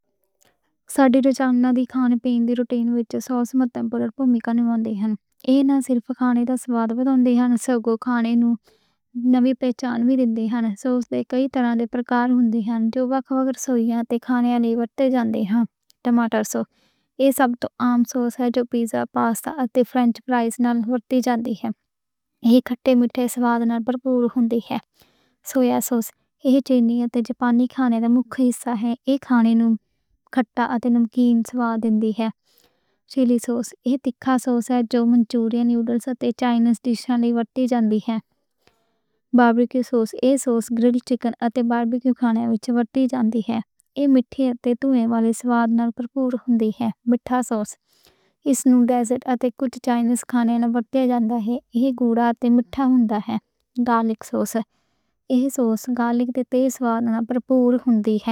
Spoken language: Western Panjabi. ساڈے دے کھانے پین دے روٹین ’چ سوساں متنوع ہوندیاں ہن۔ ایہ نہ صرف کھانے دا سواد بڑھاؤن دیاں ہن۔ سوساں کھانے نوں نویں پہچان وی دیندیاں ہن۔ سوس دے کئی طرحاں دے پرکار ہندے ہن۔ جو وکھ وکھ رسوئیاں دے کھانیاں ’چ ورتے جاندے ہن۔ ٹماٹو سوس ایہ سب توں عام سوس ہے۔ جو پیزا، پاسٹا تے فرنچ فرائز دے نال ورتی جاندی ہے۔ ایہ کھٹا میٹھا سواد نال بھرپور ہوندی ہے۔ سویا سوس ایہ چینی تے جاپانی کھانے دا مکھ حصہ ہے۔ ایہ کھانے نوں کھٹا تے نمکین سواد دیندی ہے۔ چلی سوس ایہ تیکھا سوس ہے جو منچورین تے چائنیز ڈِشز ’چ ورتی جاندی ہے۔ باربی کیو سوس ایہ گرلڈ چکن تے باربی کیو کھانے ’چ ورتی جاندی ہے۔ ایہ میٹھے تے تیکے سواد نال بھرپور ہوندی ہے۔ میٹھا سوس ایہ نوں ڈیزرٹ تے کچھ چائنیز کھانیاں ’چ ورتیا جاندا ہے۔ ایہ گھاڑا تے میٹھا ہوندا ہے۔ گارلک سوس ایہ سوس گارلک دے سواد نال بھرپور ہوندی ہے۔